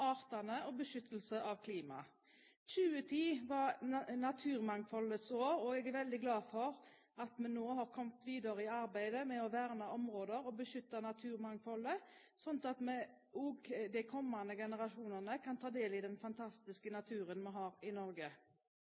artene og beskyttelse av klimaet. 2010 er naturmangfoldsåret, og jeg er veldig glad for at vi nå har kommet videre i arbeidet med å verne områder og beskytte naturmangfoldet, slik at også de kommende generasjonene kan ta del i den fantastiske naturen vi har i Norge.